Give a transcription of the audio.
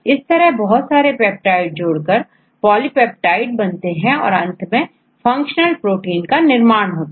इस तरह बहुत सारे पेप्टाइड जोड़कर पॉलिपेप्टाइड बनते हैं और अंत में फंक्शनल प्रोटीन का निर्माण होता है